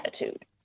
attitude